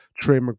Trey